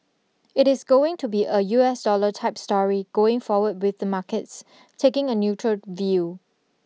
it is going to be a U S dollar type story going forward with markets taking a neutral view